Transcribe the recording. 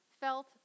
felt